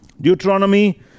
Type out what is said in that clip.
Deuteronomy